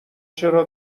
چرا